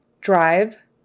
Drive